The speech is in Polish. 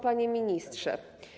Panie Ministrze!